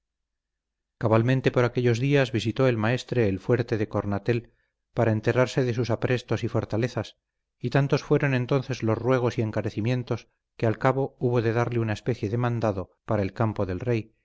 cabalmente por aquellos días visitó el maestre el fuerte de cornatel para enterarse de sus aprestos y fortalezas y tantos fueron entonces los ruegos y encarecimientos que al cabo hubo de darle una especie de mandado para el campo del rey